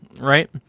right